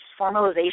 formalization